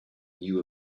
knew